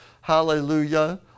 Hallelujah